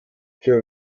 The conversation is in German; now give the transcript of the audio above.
für